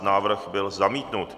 Návrh byl zamítnut.